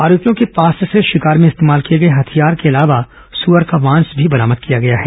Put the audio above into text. आरोपियों के पास से शिकार में इस्तेमाल किए गए हथियार के अलावा सुअर का मांस बरामद किया गया है